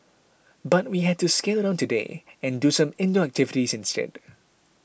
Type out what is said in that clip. but we had to scale down today and do some indoor activities instead